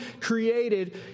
created